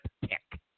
pick